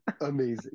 amazing